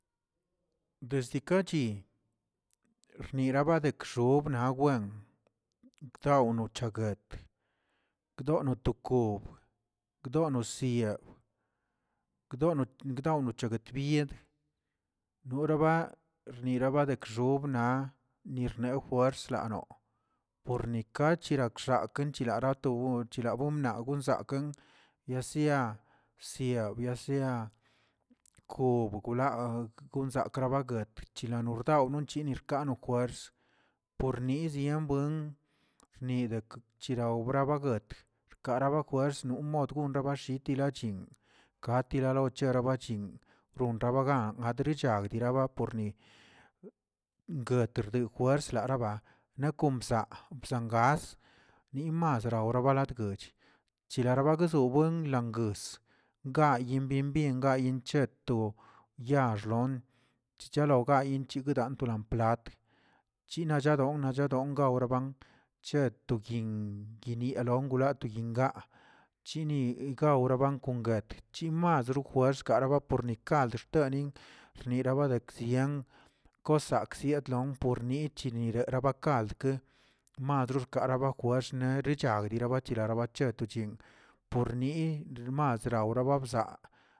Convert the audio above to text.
Desde kachi xneribadekxobna buen taw noche guet, bdoꞌnoto kob, gdoꞌ no siyaə, gdono gdono chegbiet, noraba nira badekxob na nirnew fuers lanoo, pornichrak kiragxake chilara to boo chila bonna bonzaken yasea xsia, yasea kob, golaa konzakra baguet chila nordawnə non chinirkawno fuers por nizə sian buen chnire chira bawguet rkara ba juers non mod jinra bashiti lachin, katerolabachin, ronrabagan adirachag diraba por ni gueterdi juerslaaraba naꞌ kon bzaa zangas nimas raurabalagtguech, chila bargue zobwen lamguəs gayi bien bien gayin cheto yaaxlon, chichalon gayin chegulantolan platg. china chadon naꞌchadon gawrəban che toyinꞌ yinꞌ guenialon gulan to yinꞌ gaꞌa, chini gawraban kon guet, chimas rojuers karaba por ni kald xtenin niraba dekziyan kosakzə siyatlon por nichinireraa'a ba kald kə, madr xkaraba juers nerichag neribanichag lava cheto chin por nii nimas raurabassa.